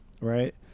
right